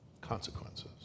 consequences